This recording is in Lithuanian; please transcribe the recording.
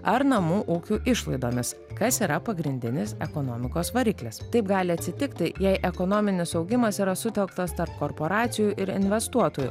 ar namų ūkių išlaidomis kas yra pagrindinis ekonomikos variklis taip gali atsitikti jei ekonominis augimas yra sutelktas tarp korporacijų ir investuotojų